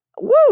woo